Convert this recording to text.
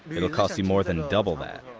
it'll cost you more than double that.